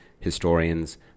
historians